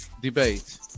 debate